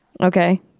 Okay